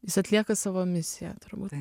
jis atlieka savo misiją turbūt taip